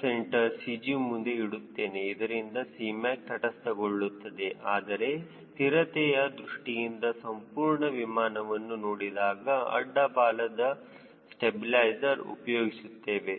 c CG ಮುಂದೆ ಇಡುತ್ತೇನೆ ಇದರಿಂದ Cmac ತಟಸ್ಥಗೊಳ್ಳುತ್ತದೆ ಆದರೆ ಸ್ಥಿರತೆಯ ದೃಷ್ಟಿಯಿಂದ ಸಂಪೂರ್ಣ ವಿಮಾನವನ್ನು ನೋಡಿದಾಗ ಅಡ್ಡ ಬಾಲದ ಸ್ಟಬಿಲೈಜರ್ ಉಪಯೋಗಿಸುತ್ತೇವೆ